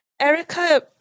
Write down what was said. Erica